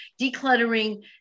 decluttering